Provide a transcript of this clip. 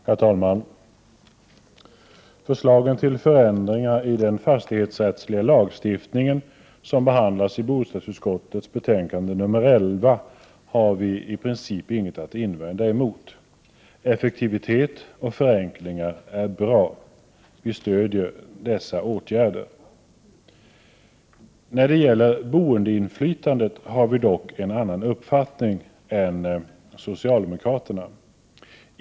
Herr talman! Förslagen till förändringar i den fastighetsrättsliga lagstiftningen som behandlas i bostadsutskottets betänkande 11 har vi moderater i princip inget att invända mot. Effektivitet och förenklingar är bra. Vi stöder dessa åtgärder. När det gäller boendeinflytandet har vi dock en annan uppfattning än socialdemokraterna.